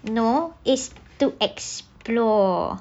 no it's to explore